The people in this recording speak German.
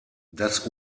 das